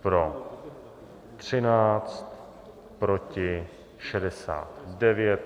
Pro 13, proti 69.